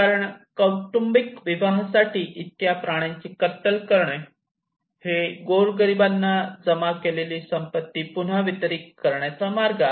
कारण कौटुंबिक विवाहासाठी इतक्या प्राण्यांची कत्तल करणे ही गोरगरीबांना जमा केलेली संपत्ती पुन्हा वितरीत करण्याचा एक मार्ग आहे